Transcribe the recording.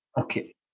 Okay